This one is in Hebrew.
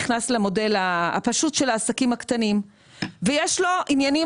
נכנס למודל הפשוט של העסקים הקטנים ויש לו עניינים,